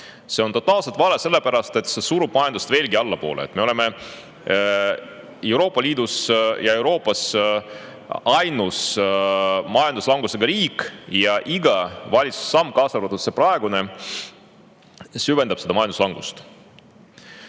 See on totaalselt vale sellepärast, et see surub majandust veelgi allapoole. Me oleme Euroopa Liidus ja kogu Euroopas ainus majanduslangusega riik ja iga valitsuse samm, kaasa arvatud see praegune, süvendab seda majanduslangust. Jah,